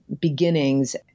beginnings